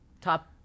Top